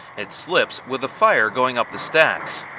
it slips with a fire going up the stacks.